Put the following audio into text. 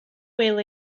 wil